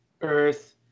earth